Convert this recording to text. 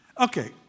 Okay